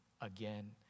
again